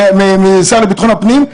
השר לביטחון הפנים,